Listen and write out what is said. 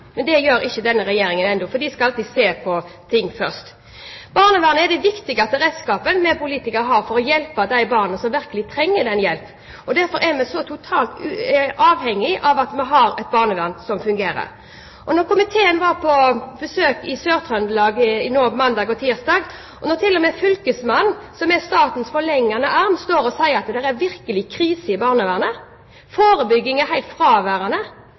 Det gjør ikke denne regjeringen ennå, for de skal alltid se på ting først. Barnevernet er det viktigste redskapet vi politikere har for å hjelpe de barna som virkelig trenger hjelp. Derfor er vi så totalt avhengig av at vi har et barnevern som fungerer. Komiteen var på besøk i Sør-Trøndelag på mandag og tirsdag, og når til og med fylkesmannen som er statens forlengede arm, sier at det virkelig er krise i barnevernet, at forebygging er helt fraværende,